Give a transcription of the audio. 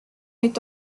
est